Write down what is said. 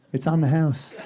it's on the house.